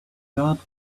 guard